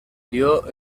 dio